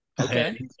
Okay